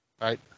Right